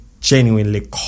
genuinely